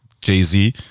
Jay-Z